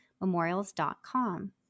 memorials.com